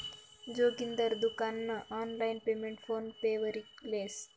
जोगिंदर दुकान नं online payment PhonePe वरी लेस